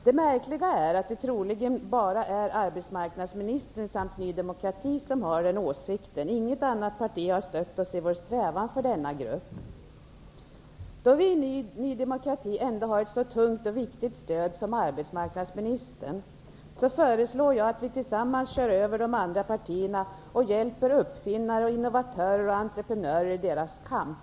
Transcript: Det märkliga är att det troligen bara är arbetsmarknadsministern samt Ny demokrati som har den här åsikten. Inget annat parti har stött oss i vår strävan för denna grupp. Då vi i Ny demokrati ändå har ett så tungt och viktigt stöd som det från arbetsmarknadsministern, föreslår jag att vi tillsammans kör över de andra partierna och hjälper uppfinnare, innovatörer och entreprenörer i deras kamp.